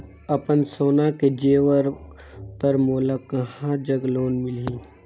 अपन सोना के जेवर पर मोला कहां जग लोन मिलही?